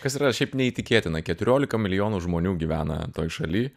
kas yra šiaip neįtikėtina keturiolika milijonų žmonių gyvena toj šaly